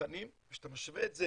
מבחנים, כשאתה משווה את זה